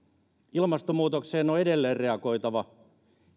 ilmastonmuutokseen on edelleen reagoitava